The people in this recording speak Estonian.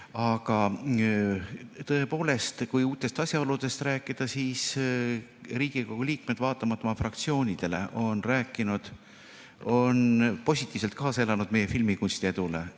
Aga tõepoolest, kui uutest asjaoludest rääkida, siis Riigikogu liikmed on olenemata oma fraktsioonist rääkinud, et nad on positiivselt kaasa elanud meie filmikunsti edule.